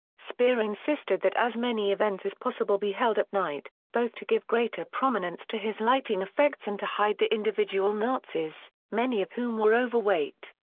speer insisted that as many events as possible be held at night, both to give greater prominence to his lighting effects and to hide the individual nazis, many of whom were overweight.